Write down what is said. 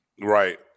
Right